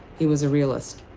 he was a realist.